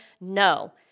No